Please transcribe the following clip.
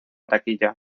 taquilla